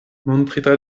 montrita